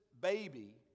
baby